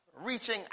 reaching